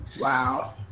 Wow